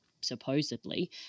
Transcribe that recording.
supposedly